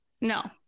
No